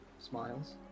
Smiles